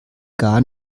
gar